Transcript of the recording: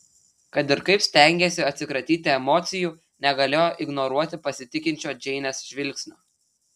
kad ir kaip stengėsi atsikratyti emocijų negalėjo ignoruoti pasitikinčio džeinės žvilgsnio